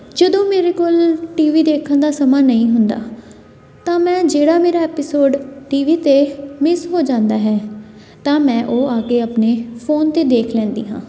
ਜਦੋਂ ਮੇਰੇ ਕੋਲ ਟੀ ਵੀ ਦੇਖਣ ਦਾ ਸਮਾਂ ਨਹੀਂ ਹੁੰਦਾ ਤਾਂ ਮੈਂ ਜਿਹੜਾ ਮੇਰਾ ਐਪੀਸੋਡ ਟੀ ਵੀ 'ਤੇ ਮਿਸ ਹੋ ਜਾਂਦਾ ਹੈ ਤਾਂ ਮੈਂ ਉਹ ਆ ਕੇ ਆਪਣੇ ਫੋਨ 'ਤੇ ਦੇਖ ਲੈਂਦੀ ਹਾਂ